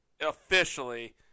officially